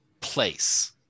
place